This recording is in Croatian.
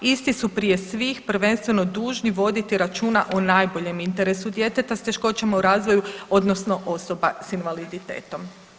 Isti su prije svih prvenstveno dužni voditi računa u najboljem interesu djeteta s teškoćama u razvoju, odnosno osoba sa invaliditetom.